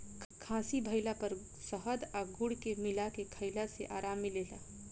खासी भइला पर शहद आ गुड़ के मिला के खईला से आराम मिलेला